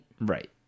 Right